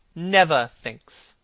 never thinks.